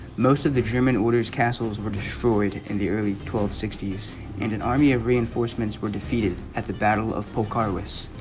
most of the german order's castles were destroyed in the early twelfth sixty s and an army of reinforcements were defeated at the battle of polaris